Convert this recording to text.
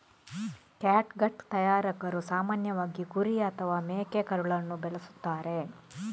catgut ತಯಾರಕರು ಸಾಮಾನ್ಯವಾಗಿ ಕುರಿ ಅಥವಾ ಮೇಕೆಕರುಳನ್ನು ಬಳಸುತ್ತಾರೆ